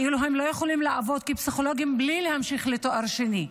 הם לא יכולים לעבוד כפסיכולוגים בלי להמשיך לתואר שני.